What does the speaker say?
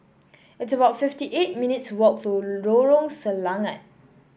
it's about fifty eight minutes' walk to Lorong Selangat